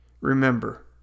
remember